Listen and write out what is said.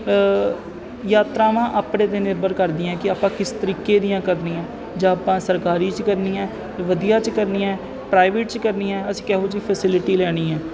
ਯਾਤਰਾਵਾਂ ਆਪਣੇ 'ਤੇ ਨਿਰਭਰ ਕਰਦੀਆਂ ਕਿ ਆਪਾਂ ਕਿਸ ਤਰੀਕੇ ਦੀਆਂ ਕਰਨੀਆਂ ਜਾਂ ਆਪਾਂ ਸਰਕਾਰੀ 'ਚ ਕਰਨੀਆਂ ਵਧੀਆ 'ਚ ਕਰਨੀਆਂ ਪ੍ਰਾਈਵੇਟ 'ਚ ਕਰਨੀਆਂ ਅਸੀਂ ਕਿਹੋ ਜਿਹੀ ਫੈਸਿਲਿਟੀ ਲੈਣੀ ਹੈ